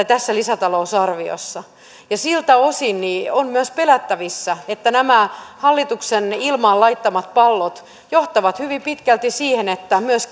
tässä lisätalousarviossa siltä osin on myös pelättävissä että nämä hallituksen ilmaan laittamat pallot johtavat hyvin pitkälti siihen että myös